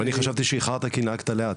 אני חשבתי שאיחרת כי נהגת לאט.